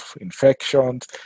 infections